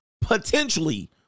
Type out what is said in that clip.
potentially